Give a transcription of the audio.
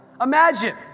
Imagine